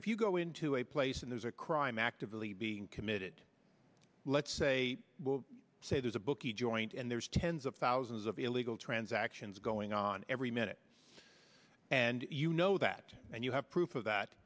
if you go into a place and there's a crime actively being committed let's say say there's a bookie joint and there's tens of thousands of illegal transactions going on every minute and you know that and you have proof of that